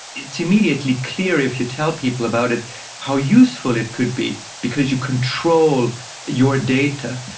it's immediately clear if you tell people about it how useful it could be because you control your data.